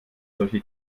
solche